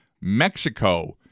Mexico